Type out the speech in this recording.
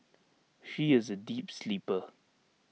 she is A deep sleeper